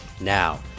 Now